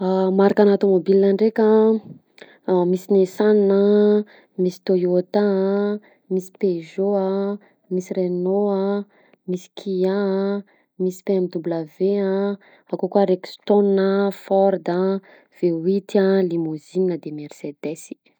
Ah marikana tomobile ndreka misy nissan a, misy TOYOTA a, misy peugeot a ,misy renault a, KIA a, misy BMW a, avakeo koa rexstone a, ford a, V8 a, limousine de ny mercedes.